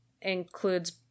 includes